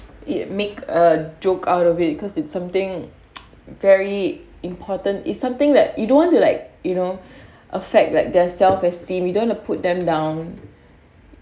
make a joke out of it because it's something very important is something that you don't want to like you know affect that their self esteem you don't wanna put them down